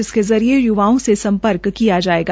जिसके जरिए य्वाओं से संपर्क किया जाएगा